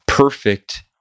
perfect